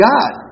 God